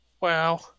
Wow